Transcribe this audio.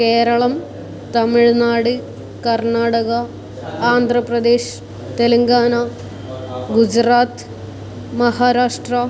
Keralam Tamil Nadu Karnataka Andhra Pradesh Telangana Gujarat Maharashtra